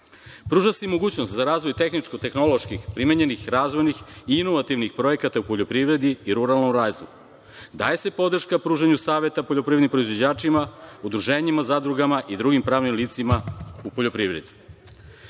se i mogućnost za razvoj tehničko-tehnoloških, primenjenih, razvojnih i inovatnih projekata u poljoprivredi i ruralnom razvoju. Daje se podrška pružanjem saveta poljoprivrednim proizvođačima, udruženjima, zadrugama i drugim pravnim licima u poljoprivredi. Predlog